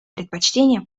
предпочтение